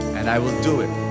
and i will do it